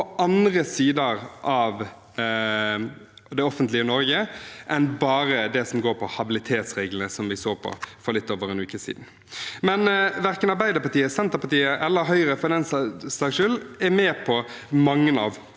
andre deler av det offentlige Norge enn bare det som går på habilitetsreglene, som vi så på for litt over en uke siden. Men verken Arbeiderpartiet, Senterpartiet, eller Høyre for den saks skyld, er med på mange av